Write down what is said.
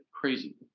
crazy